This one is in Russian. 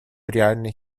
реальной